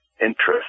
interest